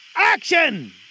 Action